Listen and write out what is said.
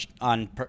on